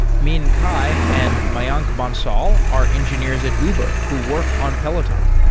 min cai and mayank bansal are engineers at uber who work on peloton.